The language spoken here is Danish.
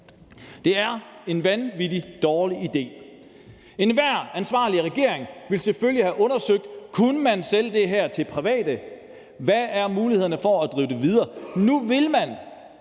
Det er en vanvittig dårlig idé. Enhver ansvarlig regering ville selvfølgelig have undersøgt, om man kunne sælge det her til private, og hvad mulighederne er for at drive det videre. Jeg kan